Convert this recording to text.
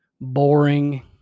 boring